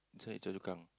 this one at Choa-Chu-Kang